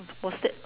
what's that